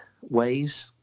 ways